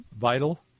vital